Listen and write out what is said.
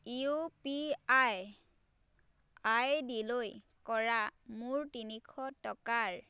U P I আইডিলৈ কৰা মোৰ তিনিশ টকাৰ